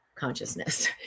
consciousness